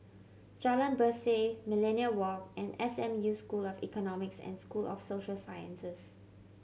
Jalan Berseh Millenia Walk and S M U School of Economics and School of Social Sciences